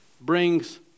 brings